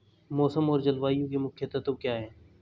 मौसम और जलवायु के मुख्य तत्व क्या हैं?